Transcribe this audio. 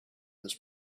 this